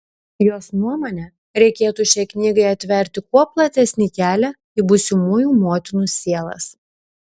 jos nuomone reikėtų šiai knygai atverti kuo platesnį kelią į būsimųjų motinų sielas